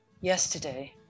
yesterday